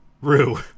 Rue